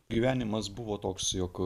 gyvenimas buvo toks jog